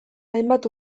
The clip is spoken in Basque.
hainbat